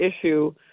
issue